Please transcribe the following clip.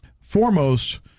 foremost